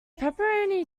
pepperoni